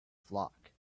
flock